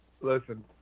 listen